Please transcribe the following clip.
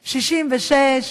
66,